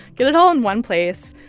get it all in one place.